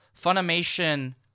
Funimation